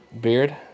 Beard